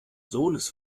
sohnes